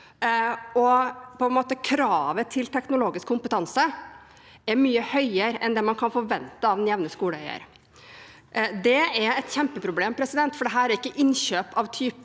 Kravet til teknologisk kompetanse er mye høyere enn det man kan forvente av den jevne skoleeier. Det er et kjempeproblem, for dette er ikke innkjøp av typen